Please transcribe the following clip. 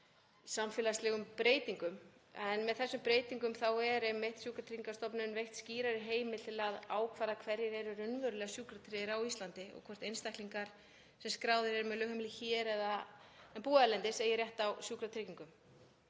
samfélagslegum breytingum. Með þessum breytingum er sjúkratryggingastofnun einmitt veitt skýrari heimild til að ákvarða hverjir eru raunverulega sjúkratryggðir á Íslandi og hvort einstaklingar sem skráðir eru með lögheimili hér en búa erlendis eigi rétt á sjúkratryggingum.